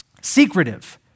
secretive